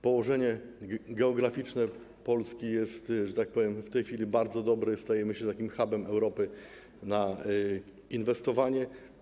Położenie geograficzne Polski jest, że tak powiem, w tej chwili bardzo dobre, stajemy się takim hubem Europy, jeśli chodzi o inwestowanie.